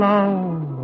Love